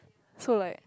so like